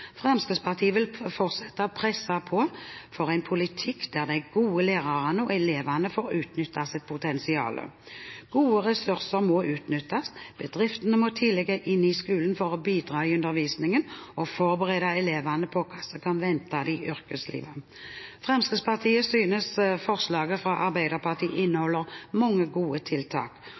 Fremskrittspartiet vil fortsette å presse på for en politikk der de gode lærerne og elevene får utnyttet sitt potensiale. Gode ressurser må utnyttes, og bedriftene må tidlig inn i skolen for å bidra i undervisningen og forberede elevene på hva som kan vente dem i yrkeslivet. Fremskrittspartiet synes forslaget fra Arbeiderpartiet inneholder mange gode tiltak,